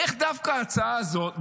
איך דווקא ההצעה הזאת,